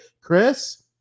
Chris